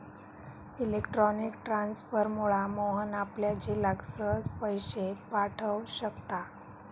electronic ट्रांसफरमुळा मोहन आपल्या झिलाक सहज पैशे पाठव शकता